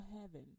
heaven